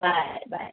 bye bye